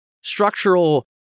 structural